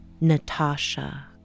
Natasha